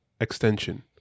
extension